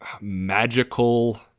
magical